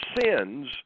sins